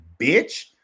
Bitch